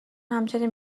همچنین